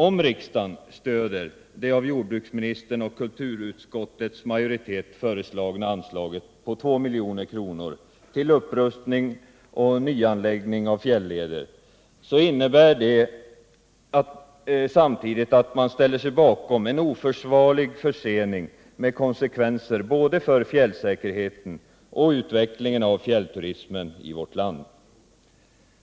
Om riksdagen stöder det av jordbruksministern och kulturutskottets majoritet föreslagna anslaget på 2 milj.kr. till upprustning och nyanläggning av fjälleder innebär det samtidigt att man ställer sig bakom en oförsvarlig försening med konsekvenser både för fjällsäkerheten och utvecklingen av fjällturismen i vårt land.